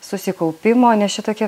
susikaupimo nes čia tokia